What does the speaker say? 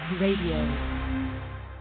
Radio